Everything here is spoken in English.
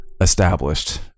established